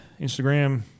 Instagram